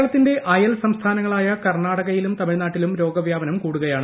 കേരളത്തിന്റെ അയൽ സംസ്ഥാനങ്ങളായ കർണാടകയിലും തമിഴ്നാട്ടിലും രോഗ വ്യാപനം കൂടുകയാണ്